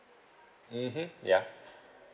mmhmm yeah